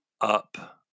up